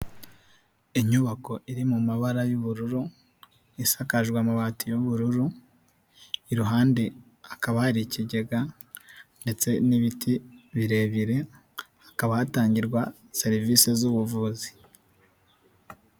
Inyubako iri mu mabara y'ubururu isakajwe amabati y'ubururu, iruhande hakaba hari ikigega ndetse n'ibiti birebire, hakaba hatangirwa serivisi z'ubuvuzi.